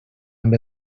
amb